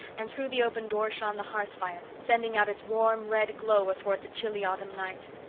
and through the open door shone the hearth fire, sending out its warm red glow athwart the chilly autumn night.